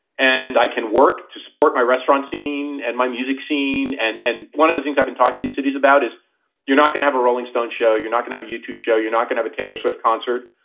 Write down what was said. and i can work to support my restaurant scene and my music scene. and and one of the things i've been talking to cities about is you're not going have a rolling stone show, you're not going have a youtube show. you're not going to be a taylor swift concert.